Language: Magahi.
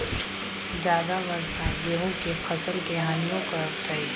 ज्यादा वर्षा गेंहू के फसल के हानियों करतै?